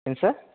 ఏం సార్